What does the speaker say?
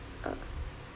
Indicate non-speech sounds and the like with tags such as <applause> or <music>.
<noise>